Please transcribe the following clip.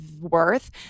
worth